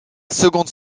seconde